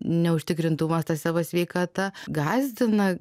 neužtikrintumas ta savo sveikata gąsdina